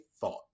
Thought